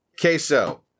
queso